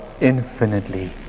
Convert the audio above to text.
infinitely